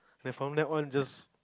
like from then on just